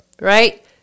right